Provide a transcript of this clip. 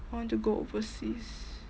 I want to go overseas